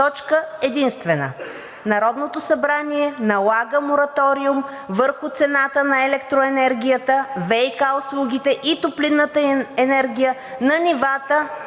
Народното събрание налага мораториум върху цената на електроенергията, ВиК услугите и топлинната енергия на нивата